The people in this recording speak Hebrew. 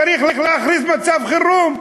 צריך להכריז על מצב חירום.